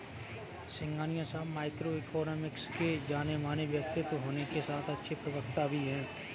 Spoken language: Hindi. सिंघानिया साहब माइक्रो इकोनॉमिक्स के जानेमाने व्यक्तित्व होने के साथ अच्छे प्रवक्ता भी है